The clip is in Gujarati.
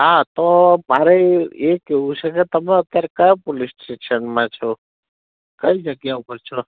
હા તો મારે એ કહેવું છે કે તમે અત્યારે ક્યાં પોલીસ સ્ટેશનમાં છો કઈ જગ્યા ઉપર છો